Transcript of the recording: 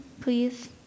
please